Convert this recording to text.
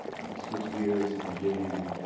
let me switch gears and give you